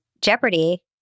Jeopardy